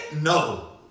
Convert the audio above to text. no